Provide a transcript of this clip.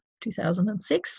2006